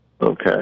Okay